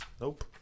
nope